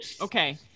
Okay